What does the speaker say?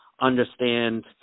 understand